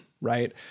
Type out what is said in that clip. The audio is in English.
right